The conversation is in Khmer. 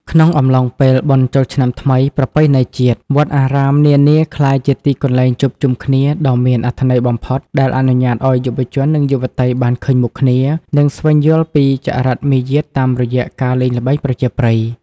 ក្នុងអំឡុងពេលបុណ្យចូលឆ្នាំថ្មីប្រពៃណីជាតិ វត្តអារាមនានាក្លាយជាទីកន្លែងជួបជុំគ្នាដ៏មានអត្ថន័យបំផុត ដែលអនុញ្ញាតឱ្យយុវជន និងយុវតីបានឃើញមុខគ្នា និងស្វែងយល់ពីចរិតមាយាទតាមរយៈការលេងល្បែងប្រជាប្រិយ។